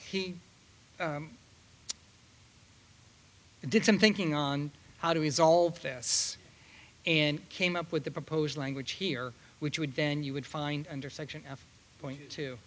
did some thinking on how to resolve this and came up with the proposed language here which would then you would find under section point